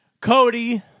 Cody